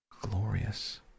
glorious